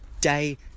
day